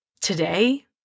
Today